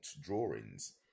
drawings